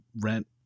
rent